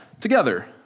together